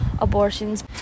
abortions